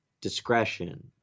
discretion